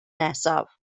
nesaf